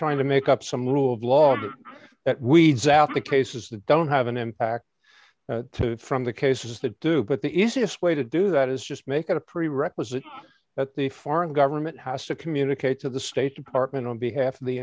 trying to make up some rule of law that we'd zap the cases that don't have an impact to from the cases that do but the easiest way to do that is just make it a prerequisite that the foreign government has to communicate to the state department on behalf of the